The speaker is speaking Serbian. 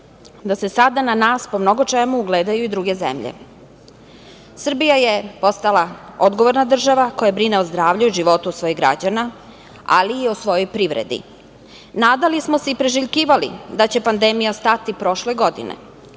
da se sada na nas ugledaju i druge zemlje. Srbija je postala odgovorna država koja brine o zdravlju i životu svojih građana, ali i o svojoj privredi. Nadali smo se i priželjkivali da će pandemija stati prošle godine.